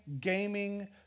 gaming